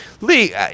Lee